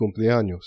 cumpleaños